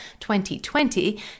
2020